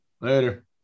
later